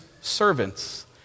servants